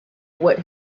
what